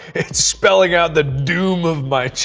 it's spelling out the doom of my